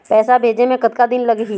पैसा भेजे मे कतका दिन लगही?